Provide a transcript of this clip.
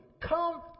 Come